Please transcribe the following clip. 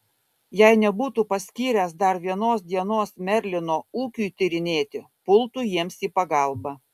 jei nebūtų paskyręs dar vienos dienos merlino ūkiui tyrinėti pultų jiems į pagalbą